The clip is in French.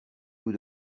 vous